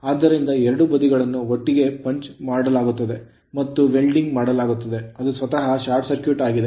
ಆದ್ದರಿಂದ ಎರಡೂ ಬದಿಗಳನ್ನು ಒಟ್ಟಿಗೆ ಪಂಚ್ ಮಾಡಲಾಗುತ್ತದೆ ಮತ್ತು ವೆಲ್ಡಿಂಗ್ ಮಾಡಲಾಗುತ್ತದೆ ಅದು ಸ್ವತಃ ಶಾರ್ಟ್ ಸರ್ಕ್ಯೂಟ್ ಆಗಿದೆ